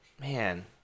man